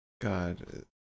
God